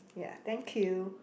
ya thank you